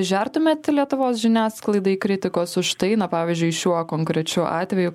žertumėt lietuvos žiniasklaidai kritikos už tai na pavyzdžiui šiuo konkrečiu atveju